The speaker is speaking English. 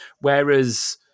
Whereas